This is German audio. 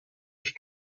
ich